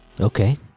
Okay